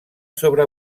sobre